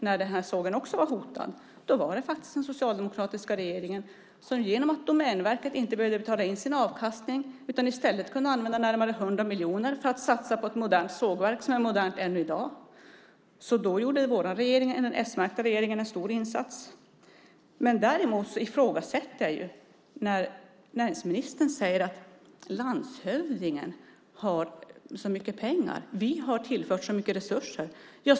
När sågen på 80-talet var hotad var det den socialdemokratiska regeringen som gjorde något genom att Domänverket inte behövde betala in sin avkastning. Det kunde i stället använda närmare 100 miljoner för att satsa på ett modernt sågverk som är modernt ännu i dag. Den s-märkta regeringen gjorde då en stor insats. Jag ifrågasätter när näringsministern säger att landshövdingen har så mycket pengar och att regeringen har tillfört så mycket resurser.